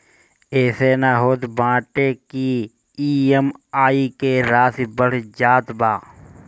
एसे इ होत बाटे की इ.एम.आई के राशी बढ़ जात बा